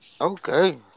Okay